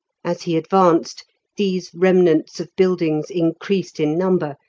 as he advanced these remnants of buildings increased in number,